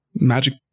Magic